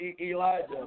Elijah